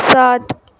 سات